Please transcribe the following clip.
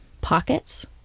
pockets